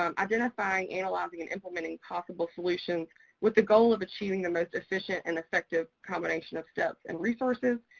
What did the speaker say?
um identifying, analyzing, and implementing possible solutions with the goal of achieving the most efficient and effective combination of steps and resources,